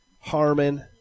Harmon